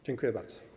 Dziękuję bardzo.